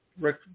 Rick